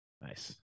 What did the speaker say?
Nice